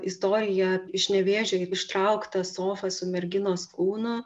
istoriją iš nevėžio ištrauktą sofą su merginos kūnu